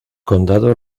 condado